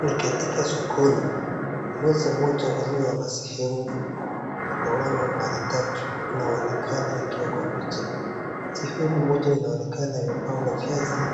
Ni katika sokoni, meza moja iliyo na sehemu umegawanywa mahali tatu unaonekana ikiwa kwa picha sehemu moja inaonekana imepangwa kiasi